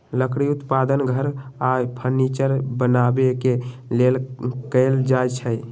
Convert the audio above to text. लकड़ी उत्पादन घर आऽ फर्नीचर बनाबे के लेल कएल जाइ छइ